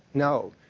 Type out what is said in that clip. no.